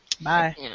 Bye